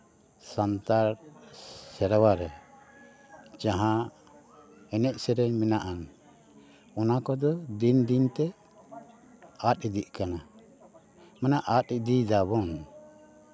ᱥᱟᱱᱛᱟᱲ ᱥᱮᱨᱣᱟ ᱨᱮ ᱡᱟᱦᱟᱸ ᱮᱱᱮᱡ ᱥᱮᱨᱮᱧ ᱢᱮᱱᱟᱜ ᱟᱱ ᱚᱱᱟ ᱠᱚᱫᱚ ᱫᱤᱱ ᱫᱤᱱ ᱛᱮ ᱟᱫ ᱤᱫᱤᱜ ᱠᱟᱱᱟ ᱢᱟᱱᱮ ᱟᱫ ᱤᱫᱤᱭ ᱫᱟᱵᱚᱱ